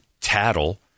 tattle